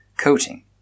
coating